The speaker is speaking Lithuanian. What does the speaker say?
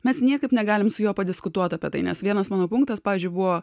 mes niekaip negalim su juo padiskutuot apie tai nes vienas mano punktas pavyzdžiui buvo